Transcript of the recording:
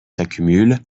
s’accumulent